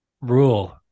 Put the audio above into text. rule